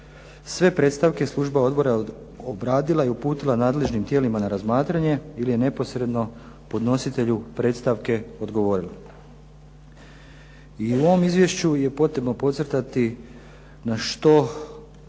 Sve predstavke služba odbora je obradila i uputila nadležnim tijelima na razmatranje ili neposredno podnositelju predstavke odgovorila. I u ovom izvješću je potrebno podcrtati na što